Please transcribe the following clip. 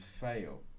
fail